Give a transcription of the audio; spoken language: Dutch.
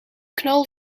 knal